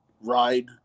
ride